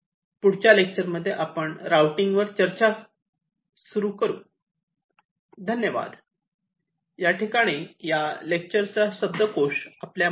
तर पुढच्या लेक्चर मध्ये आपण राउटिंग वर चर्चा सुरू करू